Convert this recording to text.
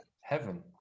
heaven